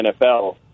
NFL